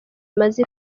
imaze